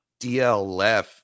DLF